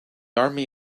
army